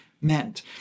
meant